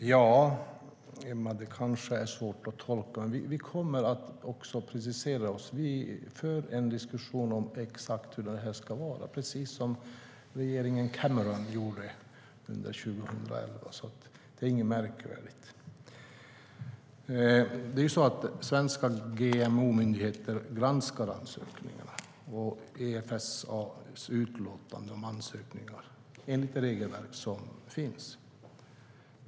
Fru talman! Ja, det är kanske svårt att tolka. Vi kommer att precisera oss, Emma. Vi för en diskussion om exakt hur det här ska vara, precis som regeringen Cameron gjorde 2011. Det är inget märkvärdigt. Svenska GMO-myndigheter granskar ansökningarna och Efsas utlåtande om ansökningar enligt det regelverk som finns.